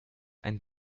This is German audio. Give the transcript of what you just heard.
ein